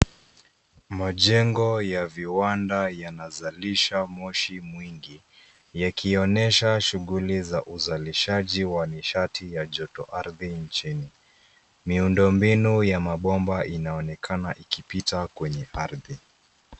Majengo ya viwanda yanazalisha moshi mwingi. Yakionesha shughuli za uzalishaji wa nishati ya joto ardhi nchini. Miundombinu ya mabomba inaonekana ikipita kwenye ardhi.